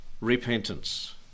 Repentance